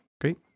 great